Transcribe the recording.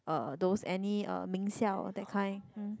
uh those any uh 名校 that kind